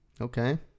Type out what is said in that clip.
Okay